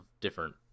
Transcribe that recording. different